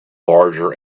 larger